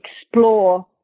explore